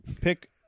Pick